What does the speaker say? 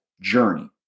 journey